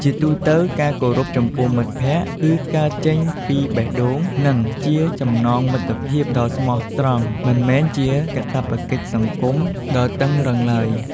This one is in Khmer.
ជាទូទៅ ការគោរពចំពោះមិត្តភក្តិគឺកើតចេញពីបេះដូង និងជាចំណងមិត្តភាពដ៏ស្មោះត្រង់ មិនមែនជាកាតព្វកិច្ចសង្គមដ៏តឹងរ៉ឹងឡើយ។